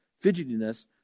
fidgetiness